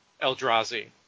Eldrazi